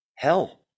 hell